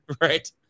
Right